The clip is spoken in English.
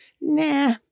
Nah